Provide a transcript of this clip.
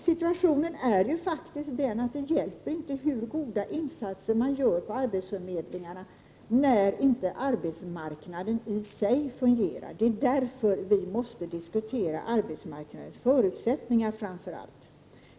Situationen är sådan att det inte hjälper hur goda insatser arbetsförmedlingarna än gör när inte arbetsmarknaden i sig fungerar. Det är därför vi framför allt måste diskutera arbetsmarknadens förutsättningar.